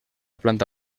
planta